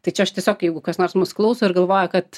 tai čia aš tiesiog jeigu kas nors mus klauso ir galvoja kad